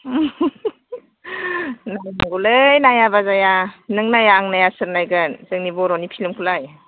नायनांगौलै नायाब्ला जाया नों नाया आं नाया सोर नायगोन जोंनि बर' फिलमखौलाय